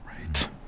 Right